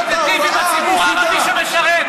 היא תיטיב עם הציבור הערבי שמשרת.